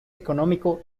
económico